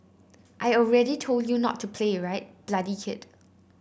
I already told you not to play right bloody kid